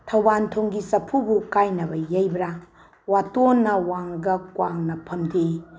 ꯊꯧꯕꯥꯟꯊꯣꯡꯒꯤ ꯆꯐꯨꯕꯨ ꯀꯥꯏꯅꯕ ꯌꯩꯕ꯭ꯔꯥ ꯋꯥꯇꯣꯟꯅ ꯋꯥꯡꯂꯒ ꯀ꯭ꯋꯥꯛꯅ ꯐꯝꯗꯦꯛꯏ